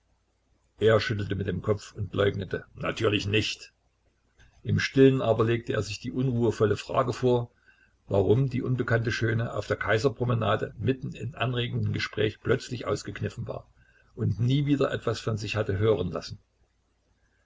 er schüttelte mit dem kopf und leugnete natürlich nicht im stillen aber legte er sich die unruhevolle frage vor warum die unbekannte schöne auf der kaiserpromenade mitten im anregenden gespräch plötzlich ausgekniffen war und nie wieder etwas von sich hatte hören lassen